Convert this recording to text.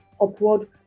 upward